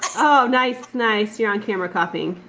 oh nice, nice, you're on camera coughing.